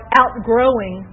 outgrowing